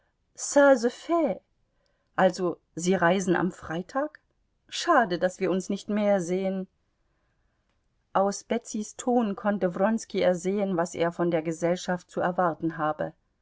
also sie reisen am freitag schade daß wir uns nicht mehr sehen aus betsys ton konnte wronski ersehen was er von der gesellschaft zu erwarten habe